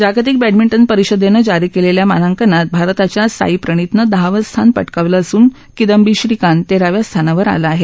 जागतिक बॅंडमिट्ट परिषदेनज्जारी केलेल्या मानाक्रिात भारताच्या साई प्रणितनं दहावस्थानटकावलसून किदक्षीश्रीकातेराव्या स्थानावर आला आहे